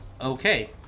okay